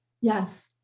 Yes